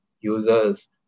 users